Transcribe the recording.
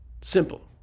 Simple